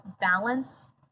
balance